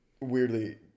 Weirdly